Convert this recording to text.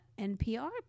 NPR